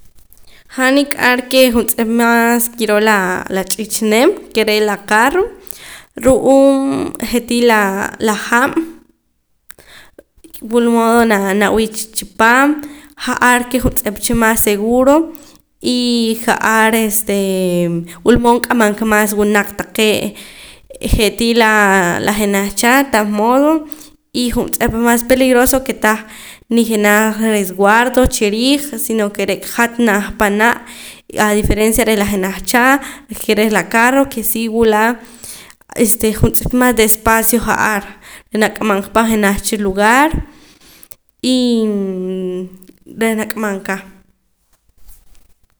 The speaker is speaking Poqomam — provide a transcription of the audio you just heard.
Han nik'ar ke juntz'ep mas kiroo la ch'iich' nim ke re' la carro ru'uum je' tii la hab' wulmood nawii' chipaam ja'ar ke juntz'ep cha mas seguro y ja'ar este wulmood k'amam ka mas wunaq taqee' je'tii la la jenaj cha tah modo y juntz'ep mas peligroso ke tah ni jenaj resguardo chiriij sino ke re'ka hat naja panaa' a diferencia reh la jenaj cha ke reh la carro ke si wula este juntz'ep mas de espacio ja'ar nak'amam ka pan jenaj cha lugar y reh nak'amam ka